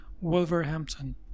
Wolverhampton